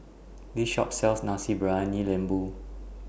This Shop sells Nasi Briyani Lembu